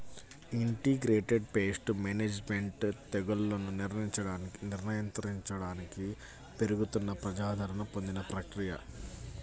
integrated pest management తెగుళ్లను నియంత్రించడానికి పెరుగుతున్న ప్రజాదరణ పొందిన ప్రక్రియ